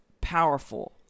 powerful